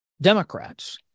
democrats